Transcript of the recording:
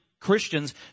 Christians